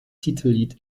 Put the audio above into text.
titellied